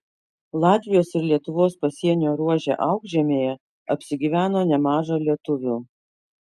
latvijos ir lietuvos pasienio ruože aukšžemėje apsigyveno nemaža lietuvių